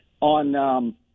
on